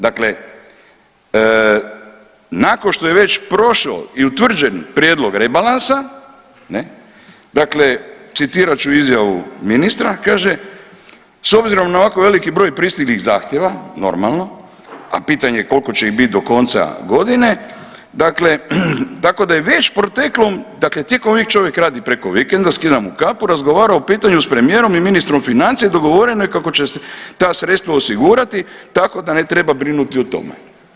Dakle, nakon što je već prošao i utvrđen prijedlog rebalansa, dakle citirat ću izjavu ministra, kaže s obzirom na ovako veliki broj pristiglih zahtjeva normalno, a pitanje je koliko će ih biti do konca godine, dakle tako da je već proteklo, dakle čovjek radi preko vikenda, skidam mu kapu razgovarao o pitanju s premijerom i ministrom financija i dogovoreno je kako će ta sredstva osigurati tako da ne treba brinuti o tome.